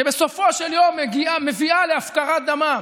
שבסופו של יום מביאה להפקרת דמם.